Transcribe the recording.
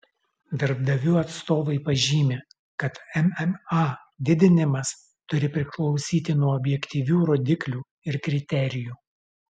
darbdavių atstovai pažymi kad mma didinimas turi priklausyti nuo objektyvių rodiklių ir kriterijų